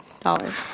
dollars